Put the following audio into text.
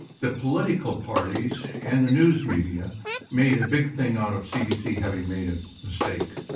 the political parties and the news media made a big thing out of cdc having made a mistake.